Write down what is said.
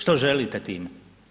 Što želite time?